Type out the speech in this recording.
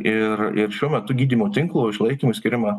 ir ir šiuo metu gydymo tinklo išlaikymui skiriama